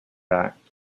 back